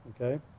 Okay